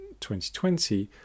2020